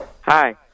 Hi